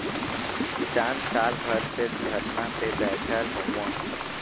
किसान साल भर से धरना पे बैठल हउवन